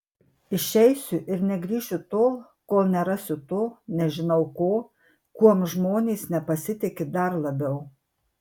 išeisiu ir negrįšiu tol kol nerasiu to nežinau ko kuom žmonės nepasitiki dar labiau